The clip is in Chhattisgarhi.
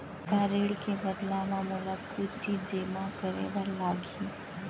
का ऋण के बदला म मोला कुछ चीज जेमा करे बर लागही?